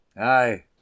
Aye